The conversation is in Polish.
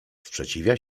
sprzeciwia